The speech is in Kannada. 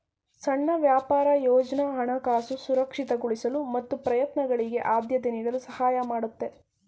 ಸಣ್ಣ ವ್ಯಾಪಾರ ಯೋಜ್ನ ಹಣಕಾಸು ಸುರಕ್ಷಿತಗೊಳಿಸಲು ಮತ್ತು ಪ್ರಯತ್ನಗಳಿಗೆ ಆದ್ಯತೆ ನೀಡಲು ಸಹಾಯ ಮಾಡುತ್ತೆ